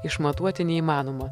išmatuoti neįmanoma